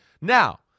Now